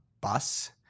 bus